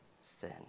sin